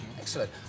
Excellent